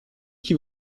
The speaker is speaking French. qui